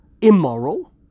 immoral